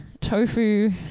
Tofu